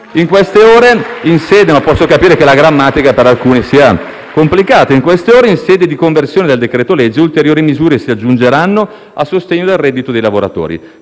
In queste ore in sede di conversione del decreto-legge ulteriori misure si aggiungeranno a sostegno del reddito dei lavoratori.